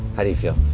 how do you feel?